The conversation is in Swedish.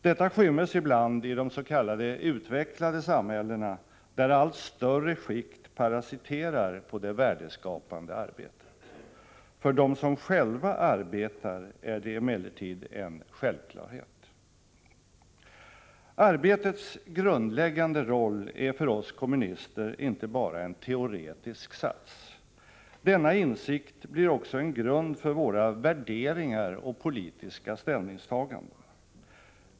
Detta skymmes ibland av de s.k. utvecklade samhällena, där allt större skikt parasiterar på det värdeskapande arbetet. För dem som själva arbetar är det emellertid en självklarhet. Arbetets grundläggande roll är för oss kommunister inte bara en teoretisk sats. Denna insikt blir också en grund för våra värderingar och politiska ställningstaganden.